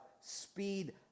speed